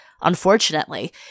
unfortunately